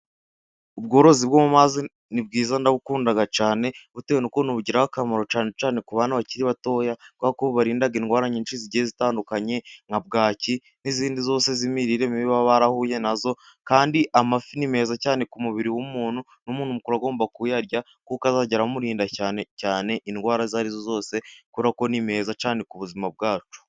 Ubworozi bwo mu mazi ni bwiza ndabukunda cyane, bitewe n'ukuntu bugira akamaro, cyane cyane ku bantu bakiri batoya, kuko burinda indwara nyinshi zigiye zitandukanye, nka bwaki, n'izindi zose z'imirire mibi baba barahuye nazo, kandi amafi ni meza cyane ku mubiri w'umuntu, n'umuntu mukuru agomba kuyarya kuko azagejya amurinda cyane cyane indwara izo arizo zose, kuko ni meza cyane ku buzima bwacu.